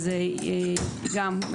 גם,